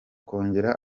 kongera